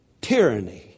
Tyranny